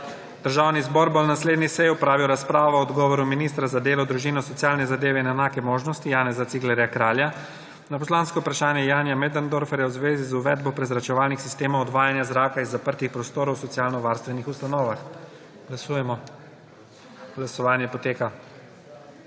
Državni zbor bo na naslednji seji opravil razpravo o odgovoru ministra za delo, družino, socialne zadeve in enake možnosti Janeza Ciglerja Kralja na poslansko vprašanje Janija Möderndorferja v zvezi z uvedbo prezračevalnih sistemov odvajanja zraka iz zaprtih prostorov v socialnovarstvenih ustanovah. Glasujemo. Navzočih